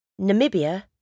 Namibia